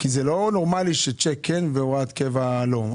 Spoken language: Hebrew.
זה לא נורמלי שצ'ק כן והוראת קבע לא.